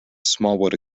smallwood